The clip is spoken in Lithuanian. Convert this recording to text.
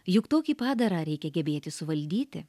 juk tokį padarą reikia gebėti suvaldyti